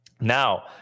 Now